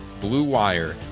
BLUEWIRE